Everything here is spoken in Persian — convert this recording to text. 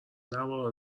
نوارها